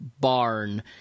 barn